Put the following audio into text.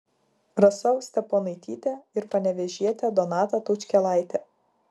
rasa steponaitytė ir panevėžietė donata taučkėlaitė